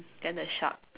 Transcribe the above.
then the shark